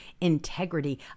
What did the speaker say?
integrity